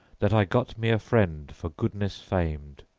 that i got me a friend for goodness famed,